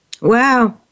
Wow